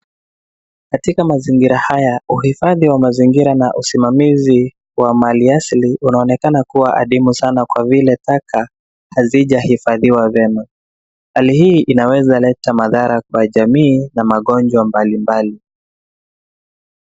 Katika mazingira haya, uhifadhi wa mazingira na usimamaizi wa mali asili unaonekana kuwa adimu sana kwa vile taka hazijahifadhiwa vyema. Hali hii inawezaleta madhara kwa jamii na magonjwa mbalimbali.